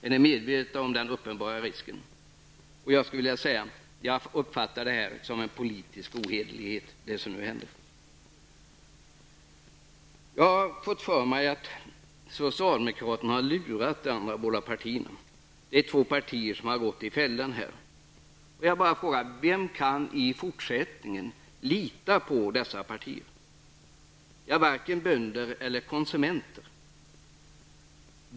Är ni medvetna om den uppenbara risken? Jag vill säga att jag uppfattar det som nu händer som en politisk ohederlighet. Jag har fått för mig att socialdemokraterna har lurat de båda andra partierna, som har gått i fällan. Vi har bara frågat: Vilka kan i fortsättningen lita på dessa partier? Det kan varken bönder eller konsumenter göra.